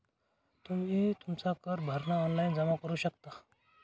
तुम्ही तुमचा कर भरणा ऑनलाइन जमा करू शकता